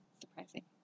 surprising